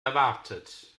erwartet